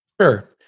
Sure